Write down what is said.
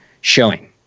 showing